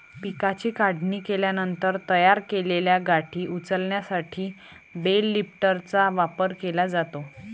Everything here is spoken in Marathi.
पिकाची काढणी केल्यानंतर तयार केलेल्या गाठी उचलण्यासाठी बेल लिफ्टरचा वापर केला जातो